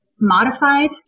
modified